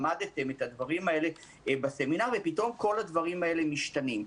הדברים האלה בסמינרים ופתאום כל הדברים האלה משתנים.